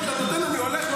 אם אתה, אני הולך ולא מצביע.